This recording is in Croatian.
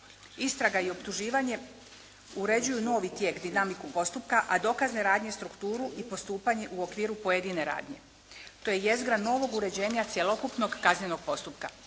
istraga i optuživanje uređuju novi tijek dinamiku postupka, a dokazne radnje strukturu i postupanje u okviru pojedine radnje. To je jezgra novog uređenja cjelokupnog kaznenog postupka.